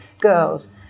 girls